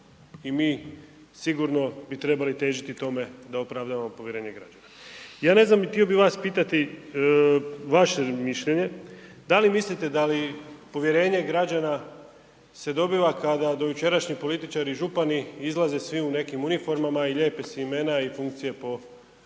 i mi sigurno bi trebali težiti tome da opravdavamo povjerenje građana. Ja ne znam i htio bih vas pitati vaše mišljenje, da li mislite da povjerenje građana se dobiva kada dojučerašnji političari i župani izlaze svi u nekim uniformama i lijepe si imena i funkcije po tim